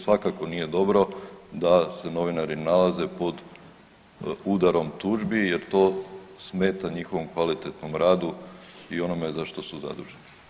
Svakako nije dobro da se novinari nalaze pod udarom tužbi jer to smeta njihovom kvalitetnom radu i onome za što su zaduženi.